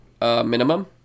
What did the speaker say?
minimum